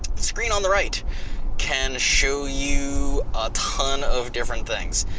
screen on the right can show you a ton of different things.